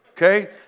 Okay